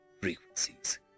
frequencies